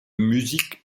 musique